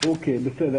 אוקיי, בסדר.